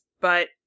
but-